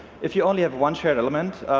if you only have one shared element,